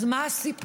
אז מה הסיפור?